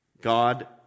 God